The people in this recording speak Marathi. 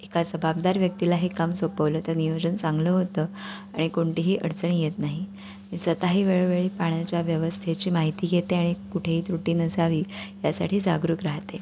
एका जबाबदार व्यक्तीलाही काम सोपवलं तर नियोजन चांगलं होतं आणि कोणतीही अडचणी येत नाही मी स्वत ही वेळोवेळी पाण्याच्या व्यवस्थेची माहिती घेते आणि कुठेही त्रुटी नसावी यासाठी जागरूक राहते